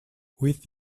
with